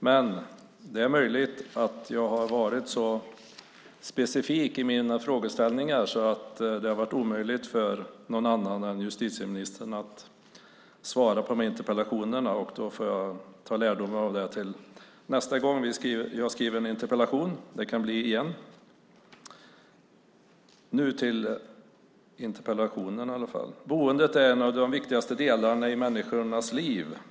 Men det är möjligt att jag har varit så specifik i mina frågeställningar att det har varit omöjligt för någon annan än justitieministern att svara på interpellationerna. Jag får dra lärdom av detta till nästa gång jag skriver en interpellation. Nu ska jag övergå till att tala om interpellationen. Boendet är en av de viktigaste delarna i människornas liv.